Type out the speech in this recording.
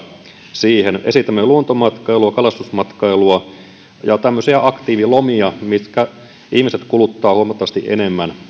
siihen esitämme luontomatkailua kalastusmatkailua ja tämmöisiä aktiivilomia joilla ihmiset kuluttavat huomattavasti enemmän